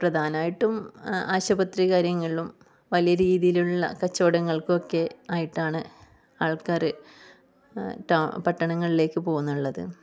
പ്രധാനമായിട്ടും ആശുപത്രി കാര്യങ്ങളിലും വലിയ രീതിയിലുള്ള കച്ചവടങ്ങൾക്കുമൊക്കെ ആയിട്ടാണ് ആൾക്കാർ ടൗ പട്ടണങ്ങളിലേക്ക് പോകുന്നുള്ളത്